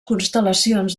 constel·lacions